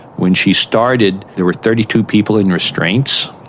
when she started there were thirty two people in restraints,